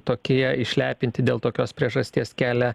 tokie išlepinti dėl tokios priežasties kelia